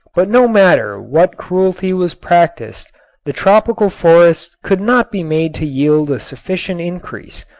but no matter what cruelty was practiced the tropical forests could not be made to yield a sufficient increase,